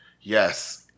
Yes